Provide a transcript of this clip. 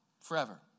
Forever